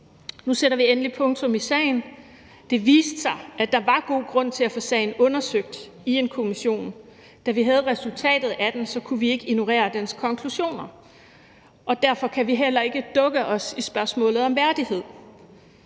Nu sætter vi endelig punktum i sagen. Det viste sig, at der var god grund til at få sagen undersøgt i en kommission, og da vi havde resultatet af den, kunne vi ikke ignorere dens konklusioner, og derfor kan vi heller ikke dukke os i spørgsmålet om værdighed.